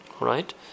right